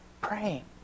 praying